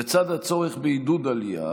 לצד הצורך בעידוד עלייה,